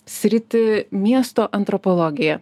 sritį miesto antropologiją